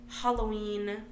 Halloween